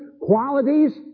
qualities